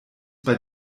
bei